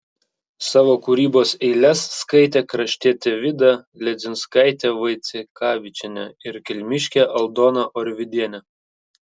savo kūrybos eiles skaitė kraštietė vida ledzinskaitė vaicekavičienė ir kelmiškė aldona orvidienė